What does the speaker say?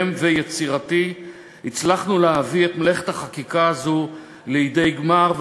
ויצירתי הצלחנו להביא את מלאכת החקיקה הזאת לידי גמר,